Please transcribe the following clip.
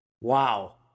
Wow